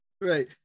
right